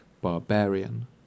barbarian